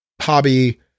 hobby